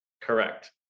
Correct